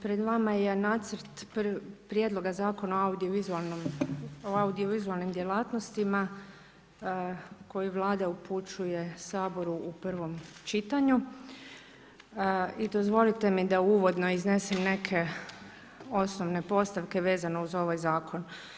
Pred vama je nacrt prijedloga Zakona o audiovizualnim djelatnostima, koju Vlada upućuje Saboru u prvom čitanju i dozvolite mi da u uvodu iznesem neke osnovne postupke vezane uz ovaj zakon.